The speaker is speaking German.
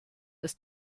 ist